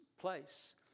place